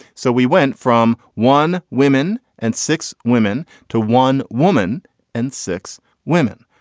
so we went from one women and six women to one woman and six women.